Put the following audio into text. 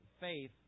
faith